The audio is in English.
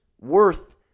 worth